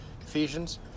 Ephesians